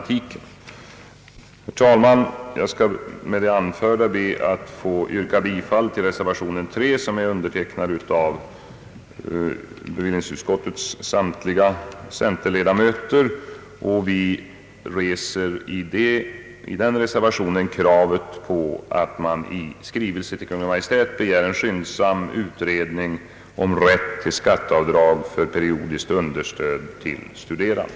Herr talman! Med det anförda ber jag att få yrka bifall till reservation 3, som är undertecknad av bevillningsutskottets samtliga centerledamöter. Vi reser i den reservationen kravet att riksdagen i skrivelse till Kungl. Maj:t skall begära en skyndsam utredning om rätt till skatteavdrag för periodiskt understöd till studerande.